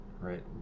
right